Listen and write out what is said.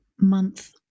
month